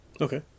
Okay